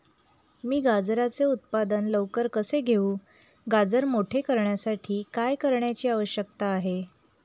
मी गाजराचे उत्पादन लवकर कसे घेऊ? गाजर मोठे करण्यासाठी काय करण्याची आवश्यकता आहे?